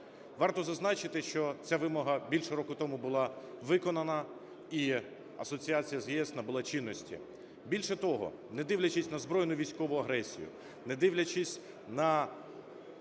Варто зазначити, що ця вимога більше року тому була виконана і асоціація з ЄС набула чинності. Більше того, не дивлячись на збройну військову агресію, не дивлячись на